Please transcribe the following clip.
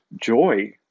joy